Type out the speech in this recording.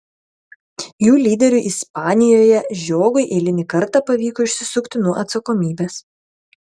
jų lyderiui ispanijoje žiogui eilinį kartą pavyko išsisukti nuo atsakomybės